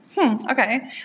Okay